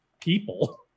people